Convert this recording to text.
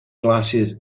glasses